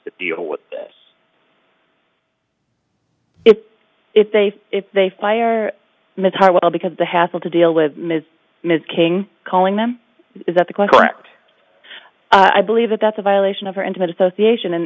to deal with it if they if they fire ms harwell because the hassle to deal with ms ms king calling them is that the correct i believe that that's a violation of her intimate association and